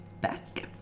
back